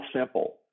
simple